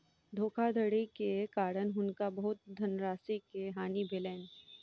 धोखाधड़ी के कारण हुनका बहुत धनराशि के हानि भेलैन